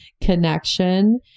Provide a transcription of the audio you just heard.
connection